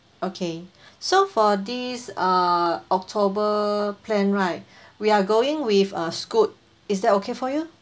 okay so for this uh october plan right we are going with uh Scoot is that okay for you